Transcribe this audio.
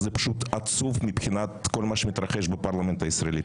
זה עצוב מבחינת כל מה שמתרחש בפרלמנט הישראלי.